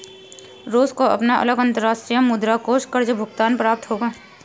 रूस को अपना अगला अंतर्राष्ट्रीय मुद्रा कोष कर्ज़ भुगतान प्राप्त होगा